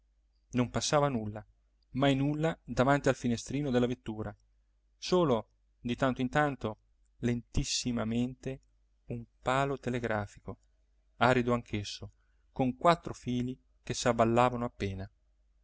non passava nulla mai nulla davanti al finestrino della vettura solo di tanto in tanto lentissimamente un palo telegrafico arido anch'esso coi quattro fili che s'avvallavano appena